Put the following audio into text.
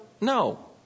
No